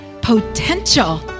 potential